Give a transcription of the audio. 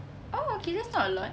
oh okay that's not a lot